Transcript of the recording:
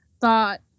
thought